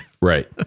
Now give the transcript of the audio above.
Right